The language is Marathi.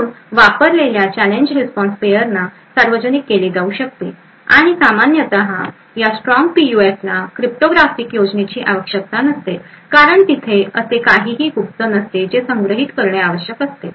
म्हणून वापरलेल्या चॅलेंजेस रिस्पॉन्स पेयरना सार्वजनिक केले जाऊ शकते आणि सामान्यत या strong पीयूएफला क्रिप्टोग्राफिक योजनेची आवश्यकता नसते कारण तेथे असे काहीही गुप्त नसते जे संग्रहित करणे आवश्यक असते